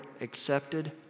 accepted